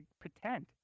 pretend